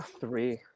Three